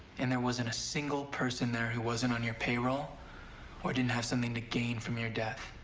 and there wasn't a single person there. who wasn't on your payroll or didn't have something to gain from your death.